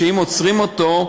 אם עוצרים אותו,